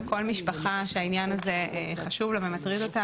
וכל משפחה שהעניין הזה חשוב לה ומטריד אותה